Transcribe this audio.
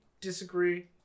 disagree